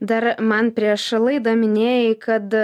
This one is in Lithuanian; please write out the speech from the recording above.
dar man prieš laidą minėjai kad